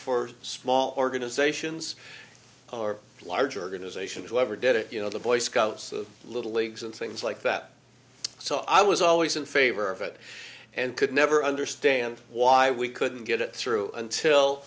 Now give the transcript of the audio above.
for small organisations or large organisations who ever did it you know the boy scouts of little leagues and things like that so i was always in favor of it and could never understand why we couldn't get it through until